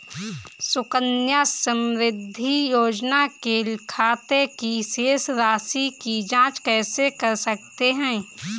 सुकन्या समृद्धि योजना के खाते की शेष राशि की जाँच कैसे कर सकते हैं?